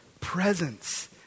presence